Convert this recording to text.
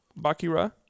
Bakira